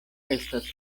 estas